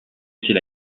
était